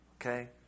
Okay